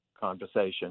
conversation